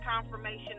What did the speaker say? confirmation